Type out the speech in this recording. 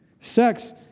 Sex